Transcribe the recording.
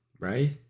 Right